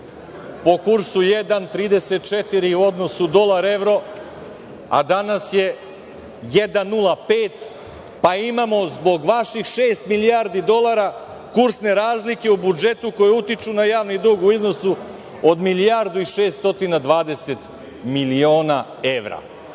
po kursu 1,34 u odnosu dolar – evro, a danas je 1,05, pa imamo zbog vaših 6 milijardi dolara kursne razlike u budžetu koje utiču na javni dug u iznosu od milijardu